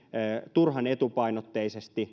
turhan etupainotteisesti